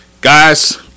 Guys